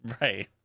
right